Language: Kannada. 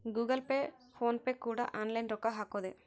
ಗೂಗಲ್ ಪೇ ಫೋನ್ ಪೇ ಕೂಡ ಆನ್ಲೈನ್ ರೊಕ್ಕ ಹಕೊದೆ